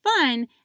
fun